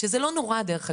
שזה לא נורא דרך אגב,